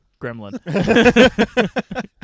Gremlin